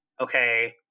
okay